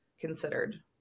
considered